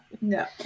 no